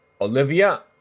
Olivia